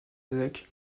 zec